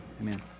Amen